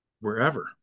wherever